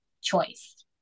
choice